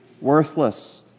worthless